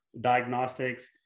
diagnostics